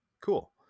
Cool